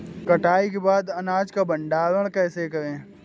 कटाई के बाद अनाज का भंडारण कैसे करें?